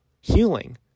healing